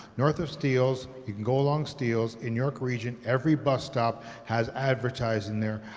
north of steeles, you can go along steeles in york region, every bus stop has advertised in there,